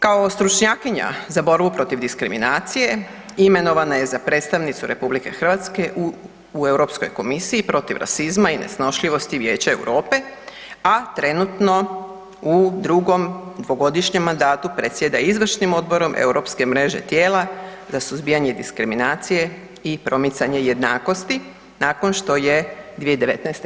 Kao stručnjakinja za borbu protiv diskriminacije imenovana je za predstavnicu RH u Europskoj komisiji protiv rasizma i nesnošljivosti Vijeća Europe, a trenutno u drugom dvogodišnjem mandatu predsjeda izvršnim odborom europske mreže tijela za suzbijanje diskriminacije i promicanje jednakosti nakon što je 2019.